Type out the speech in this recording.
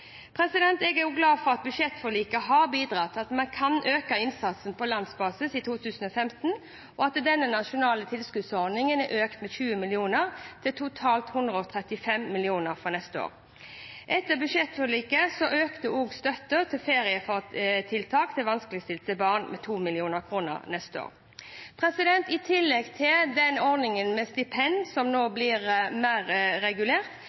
2015, og at den nasjonale tilskuddsordningen er økt med 20 mill. kr, til totalt 135 mill. kr for neste år. Etter budsjettforliket økes også støtten til ferietiltak til vanskeligstilte barn med 2 mill. kr neste år. I tillegg er ordningen med stipend, som nå blir mer regulert,